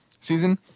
season